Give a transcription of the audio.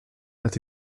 that